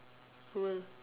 who will